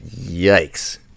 yikes